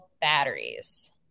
batteries